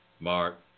Mark